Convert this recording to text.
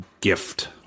gift